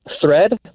Thread